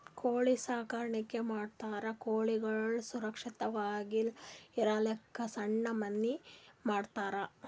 ಕೋಳಿ ಸಾಕಾಣಿಕೆ ಮಾಡೋರ್ ಕೋಳಿಗಳ್ ಸುರಕ್ಷತ್ವಾಗಿ ಇರಲಕ್ಕ್ ಸಣ್ಣ್ ಮನಿ ಮಾಡಿರ್ತರ್